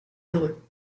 heureux